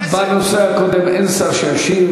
גם בנושא הקודם לא היה שר שישיב,